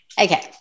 Okay